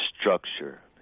structure